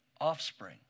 offspring